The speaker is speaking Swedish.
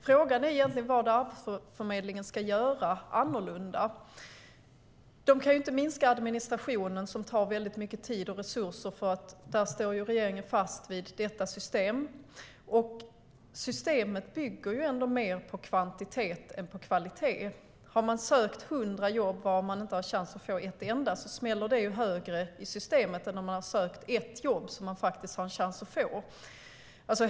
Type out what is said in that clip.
Frågan är vad Arbetsförmedlingen ska göra annorlunda. Arbetsförmedlingen kan inte minska administrationen, som tar mycket tid och resurser. Där står regeringen fast vid systemet. Det bygger mer på kvantitet än på kvalitet. Att söka hundra jobb där man inte har chans att få ett enda smäller högre i systemet än att söka ett jobb som man faktiskt har en chans att få.